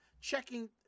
checking